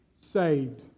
Saved